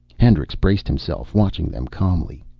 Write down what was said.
hendricks braced himself, watching them calmly.